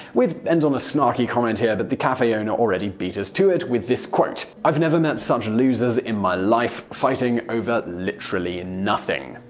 we'd end on a snarky comment, but the cafe owner already beat us to it with this quote i've never met such losers in my life, fighting over literally nothing.